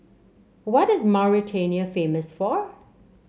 what is Mauritania famous for